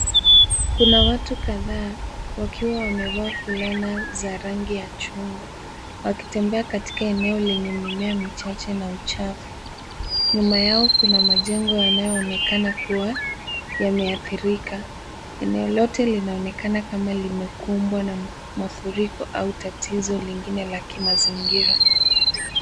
Kuna watu kadhaa wakiwa wamevaa fulana za rangi ya chungwa wakitembea katika eneo lenye mimea michache na uchafu. Nyuma yao kuna majengo yanayoonekana kuwa yameathirika . Eneo lote linaonekana kama limekumbwa na mafuriko au tatizo lingine la kimazingira.